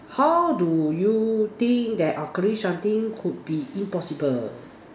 how do you think that acquiring something could be impossible